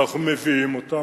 אנחנו מביאים אותם,